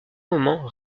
moment